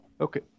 Okay